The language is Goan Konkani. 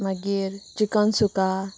मागीर चिकन सुका